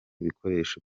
bikoresho